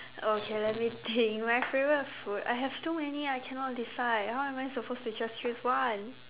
okay let me think my favourite food I have so many I cannot decide how am I supposed to just choose one